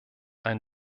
ein